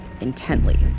intently